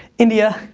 india,